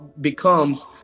becomes